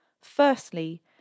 Firstly